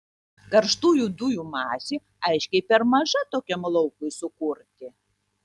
karštųjų dujų masė aiškiai per maža tokiam laukui sukurti